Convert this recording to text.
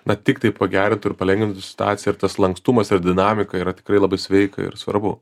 bet tiktai pagerintų ir palengvintų situaciją ir tas lankstumas ta dinamika yra tikrai labai sveika ir svarbu